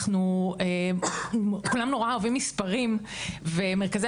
אנחנו כולם נורא אוהבים מספרים ומרכזי